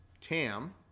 Tam